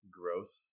gross